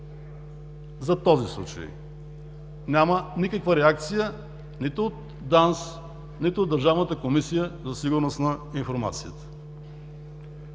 за този случай. Няма никаква реакция нито от ДАНС, нито от Държавната комисия за сигурност на информацията.